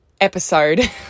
episode